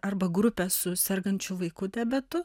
arba grupę su sergančiu vaiku diabetu